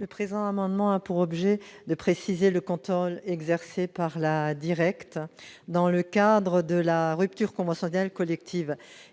Le présent amendement a pour objet de préciser le contrôle exercé par la directe dans le cadre de la rupture conventionnelle collective,